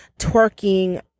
twerking